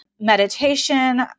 meditation